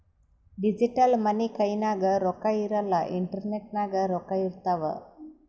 digital money ಕೈನಾಗ್ ರೊಕ್ಕಾ ಇರಲ್ಲ ಇಂಟರ್ನೆಟ್ ನಾಗೆ ರೊಕ್ಕಾ ಇರ್ತಾವ್